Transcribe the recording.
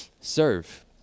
serve